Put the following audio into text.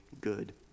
good